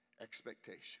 expectation